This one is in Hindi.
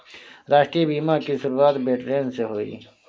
राष्ट्रीय बीमा की शुरुआत ब्रिटैन से हुई